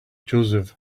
joseph